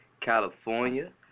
California